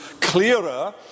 clearer